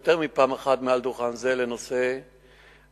יותר מפעם אחת מעל דוכן זה לנושא הוונדליזם,